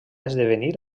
esdevenir